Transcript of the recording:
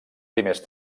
primers